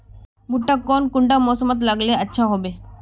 भुट्टा कौन कुंडा मोसमोत लगले अच्छा होबे?